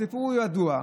הסיפור הוא ידוע.